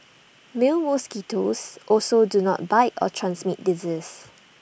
male mosquitoes also do not bite or transmit disease